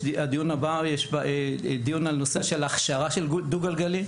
הדיון הבא, דיון על נושא של הכשרה של דו גלגלי.